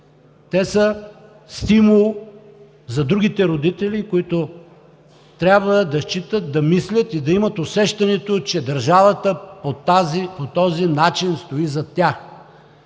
Те са стимул за другите родители, които трябва да мислят и да имат усещането, че държавата по този начин стои зад тях.